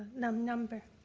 and um number.